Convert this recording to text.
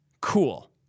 Cool